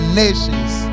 nations